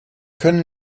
können